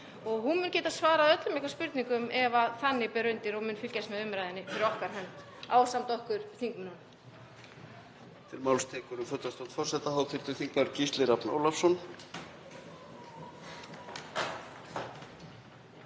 og hún mun geta svarað öllum spurningum ef þannig ber undir og mun fylgjast með umræðunni fyrir okkar hönd ásamt okkur þingmönnum.